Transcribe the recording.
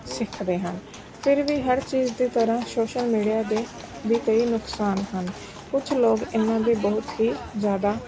ਸਿੱਖਦੇ ਹਨ ਫਿਰ ਵੀ ਹਰ ਚੀਜ਼ ਦੀ ਤਰ੍ਹਾਂ ਸੋਸ਼ਲ ਮੀਡੀਆ ਦੇ ਵੀ ਕਈ ਨੁਕਸਾਨ ਹਨ ਕੁਛ ਲੋਕ ਇਹਨਾਂ ਦੇ ਬਹੁਤ ਹੀ ਜ਼ਿਆਦਾ